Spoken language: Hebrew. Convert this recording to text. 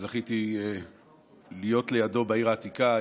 שזכיתי להיות לידו בעיר העתיקה.